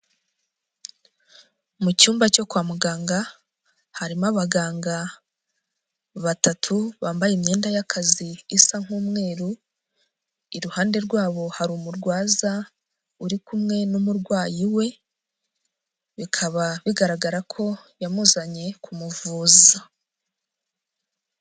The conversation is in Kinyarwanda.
Mu cyumba cyo kwa muganga harimo abaganga batatu bambaye imyenda y'akazi isa nk'umweru, iruhande rwabo hari umurwaza uri kumwe n'umurwayi we bikaba bigaragara ko yamuzanye kumuvuza.